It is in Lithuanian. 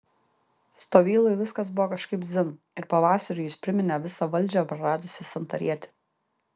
stovylui viskas buvo kažkaip dzin ir pavasariui jis priminė visą valdžią praradusį santarietį